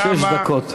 שש דקות.